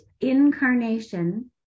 incarnation